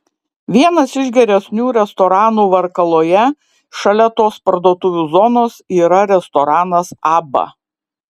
vienas iš geresnių restoranų varkaloje šalia tos parduotuvių zonos yra restoranas abba